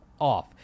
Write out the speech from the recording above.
off